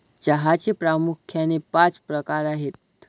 चहाचे प्रामुख्याने पाच प्रकार आहेत